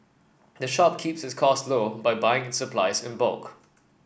the shop keeps its costs low by buying its supplies in bulk